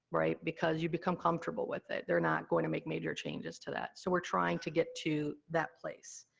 right? because you become comfortable with it, they're not going to make major changes to that. so, we're trying to get to that place.